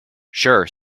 sure